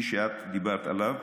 שאת דיברת עליו,